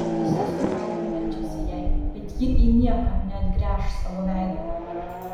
visi su baime meldžiasi jai bet ji į nieką neatgręš savo veido